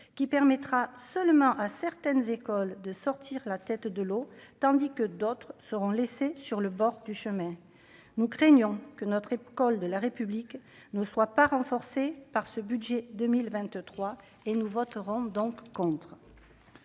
qui permettra seulement à certaines écoles de sortir la tête de l'eau, tandis que d'autres seront laissés sur le bord du chemin, nous craignons que notre école de la République ne soit pas renforcé par ce budget 2023 et nous voterons donc contre.